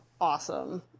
awesome